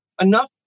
enough